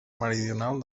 meridional